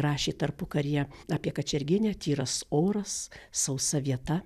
rašė tarpukaryje apie kačerginę tyras oras sausa vieta